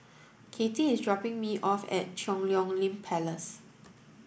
Katy is dropping me off at Cheang Hong Lim Place